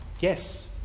Yes